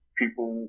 people